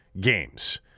games